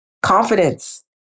confidence